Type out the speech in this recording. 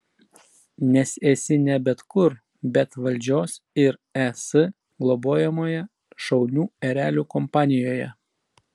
nes esi ne bet kur bet valdžios ir es globojamoje šaunių erelių kompanijoje